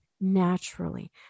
Naturally